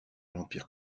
l’empire